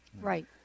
Right